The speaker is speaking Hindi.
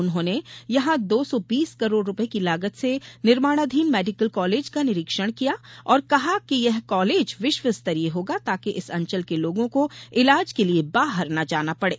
उन्होंने यहां दो सौ बीस करोड़ रुपये की लागत से निर्माणाधीन मेडीकल कालेज का निरीक्षण किया और कहा कि ये कॉलेज विश्वस्तरीय होगा ताकि इस अंचल के लोगों को इलाज के लिए बाहर न जाना पड़े